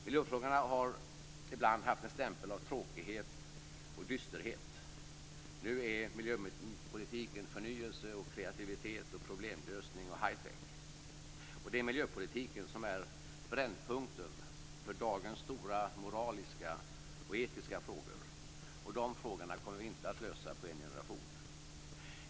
Miljöfrågorna har ibland haft en stämpel av tråkighet och dysterhet. Nu innebär miljöpolitiken förnyelse, kreativitet, problemlösning och hi-tech. Och det är miljöpolitiken som är brännpunkten för dagens stora moraliska och etiska frågor, och dessa frågor kommer vi inte att lösa under en generation.